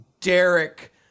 Derek